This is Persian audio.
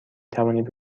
توانید